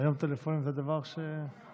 היום טלפונים זה דבר שמושקעים